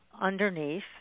underneath